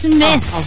miss